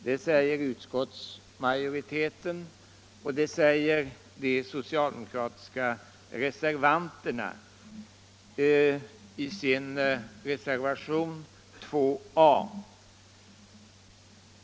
Det säger utskottsmajoriteten, och det säger de socialdemokratiska reservanterna i sin reservation 2 A.